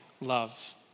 love